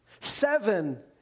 Seven